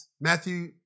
Matthew